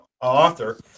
author